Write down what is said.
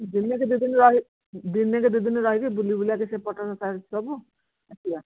ଦିନେ କି ଦିଦିନ ରହି ଦିନେ କି ଦିଦିନ ରହିକି ବୁଲିବୁଲାକି ସେପଟ ସାଇଟ୍ ସବୁ ଆସିବା